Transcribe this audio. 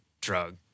drug